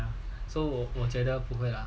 so 我觉得不会 lah